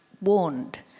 warned